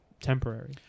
temporary